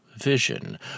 vision